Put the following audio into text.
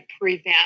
prevent